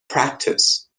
practice